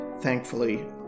thankfully